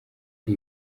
ari